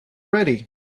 ready